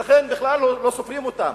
ולכן בכלל לא סופרים אותם.